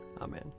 amen